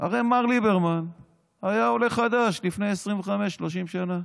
הרי מר ליברמן היה עולה חדש לפני 25, 30 שנה,